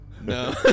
no